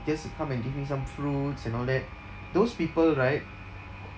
just come and give me some fruits and all that those people right